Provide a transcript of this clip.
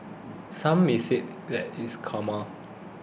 some may say that it's karma